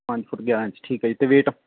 ਪੰਜ ਫੁੱਟ ਗਿਆਰਾਂ ਇੰਚ ਠੀਕ ਹੈ ਜੀ ਅਤੇ ਵੇਟ